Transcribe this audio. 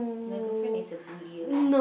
my girlfriend is a bullier